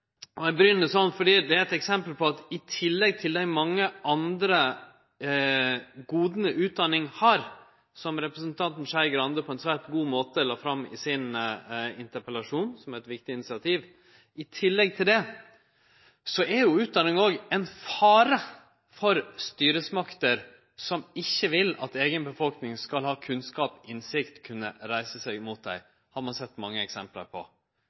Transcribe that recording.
og eg begynner sånn fordi det er eit eksempel på at i tillegg til dei mange andre goda utdanning har, som representanten Skei Grande på ein svært god måte la fram i sin interpellasjon, som er eit viktig initiativ, er utdanning òg ein fare for styresmakter som ikkje vil at eigen befolkning skal ha kunnskap og innsikt til å kunne reise seg mot dei. Det har ein sett mange eksempel på.